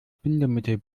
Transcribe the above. bindemittel